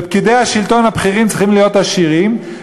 ופקידי השלטון הבכירים צריכים להיות עשירים,